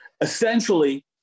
Essentially